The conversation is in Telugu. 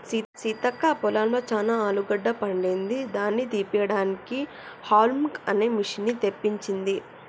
సీతక్క పొలంలో చానా ఆలుగడ్డ పండింది దాని తీపియడానికి హౌల్మ్ అనే మిషిన్ని తెప్పించింది